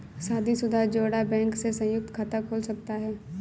शादीशुदा जोड़ा बैंक में संयुक्त खाता खोल सकता है